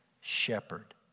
shepherd